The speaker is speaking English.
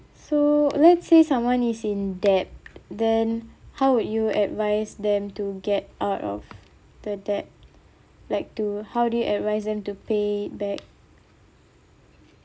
so let's say someone is in debt then how would you advise them to get out of the debt like to how do you advise them to pay back